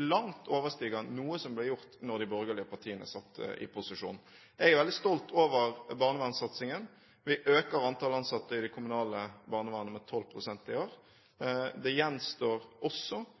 langt overstiger noe som ble gjort da de borgerlige partiene satt i posisjon. Jeg er veldig stolt over barnevernssatsingen. Vi øker antall ansatte i det kommunale barnevernet med 12 pst. i år.